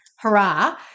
hurrah